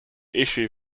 issue